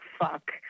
fuck